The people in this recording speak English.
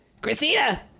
Christina